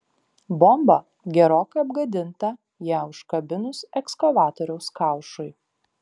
bomba gerokai apgadinta ją užkabinus ekskavatoriaus kaušui